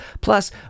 Plus